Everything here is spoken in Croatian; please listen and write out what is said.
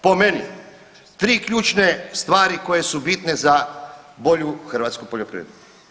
Po meni 3 ključne stvari koje su bitne za bolju hrvatsku poljoprivredu.